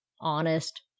Honest